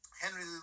Henry